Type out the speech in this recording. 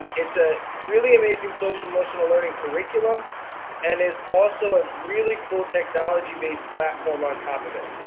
and it's a really amazing social emotional learning curriculum and it's also a really cool technology based platform on top of it.